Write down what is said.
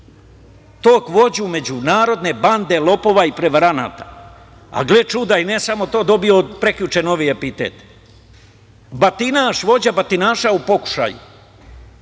tog vođu međunarodne bande lopova i prevaranata, a gle čuda i ne samo to, dobio je od prekjuče novi epitet – batinaš, vođa batinaša u pokušaju,